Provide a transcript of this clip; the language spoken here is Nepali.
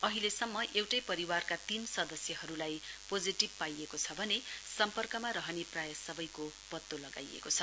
अहिलेसम्म एउटै परिवारका तीन सदस्यहरूलाई पोजिटिभ पाइएको छ भने सम्पर्कमा रहने प्राय सबैको पतो लगाइइएको छ